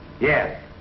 Yes